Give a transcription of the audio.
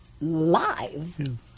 live